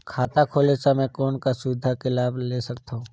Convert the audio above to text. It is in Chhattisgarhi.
खाता खोले समय कौन का सुविधा के लाभ ले सकथव?